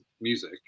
music